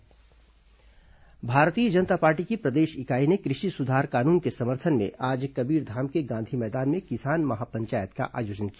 किसान महापंचायत भारतीय जनता पार्टी की प्रदेश इकाई ने कृषि सुधार कानून के समर्थन में आज कबीरधाम के गांधी मैदान में किसान महापंचायत का आयोजन किया